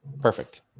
perfect